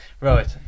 right